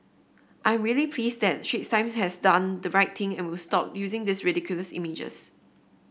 I'm really pleased that Straits Times has done the right thing and will stop using these ridiculous images